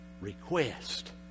request